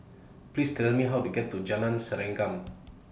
Please Tell Me How to get to Jalan Serengam